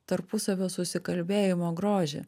tarpusavio susikalbėjimo grožį